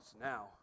Now